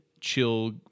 chill